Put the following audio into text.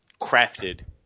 crafted